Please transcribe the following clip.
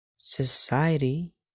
Society